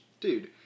dude